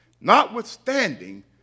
notwithstanding